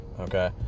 Okay